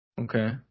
Okay